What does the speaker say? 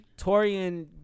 Torian